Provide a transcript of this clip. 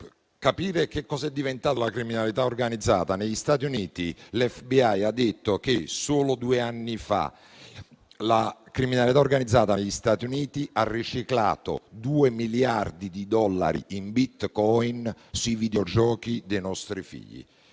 capire che cos'è diventata la criminalità organizzata, negli Stati Uniti il Federal Bureau of investigation (FBI), ha detto che solo due anni fa la criminalità organizzata negli Stati Uniti ha riciclato due miliardi di dollari in *bitcoin* sui videogiochi dei nostri figli